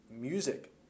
music